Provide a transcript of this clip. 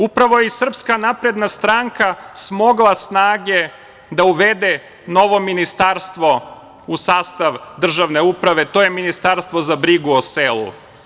Upravo je SNS smogla snage da uvede novo ministarstvo u sastav državne uprave, to je Ministarstvo za brigu o selu.